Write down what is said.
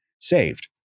saved